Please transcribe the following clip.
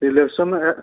selection